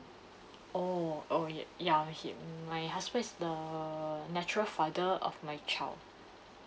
oh oh yeah ya he my husband is the natural father of my child